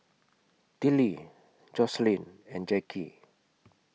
Tillie Joslyn and Jackie